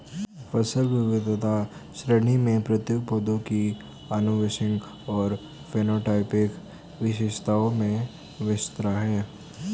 फसल विविधता कृषि में प्रयुक्त पौधों की आनुवंशिक और फेनोटाइपिक विशेषताओं में भिन्नता है